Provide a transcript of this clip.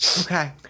Okay